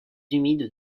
humide